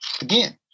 Again